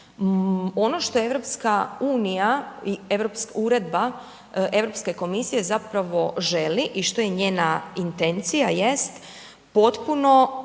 ono što EU i Uredba Europske komisije zapravo želi i što je njena intencija jest potpuno,